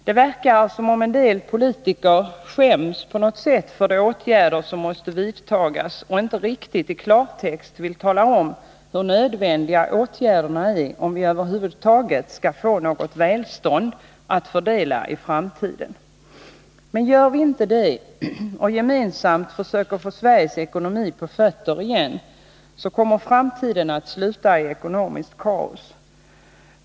Det verkar som om en del politiker på något sätt skäms för de åtgärder som måste vidtagas och inte riktigt i klartext vill tala om hur nödvändiga åtgärderna är, om vi över huvud taget skall få något välstånd att fördela i framtiden. Men gör vi inte det och inte gemensamt försöker få Sveriges ekonomi på fötter igen, kommer framtiden att sluta i ekonomiskt kaos.